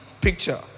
picture